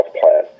plan